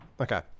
Okay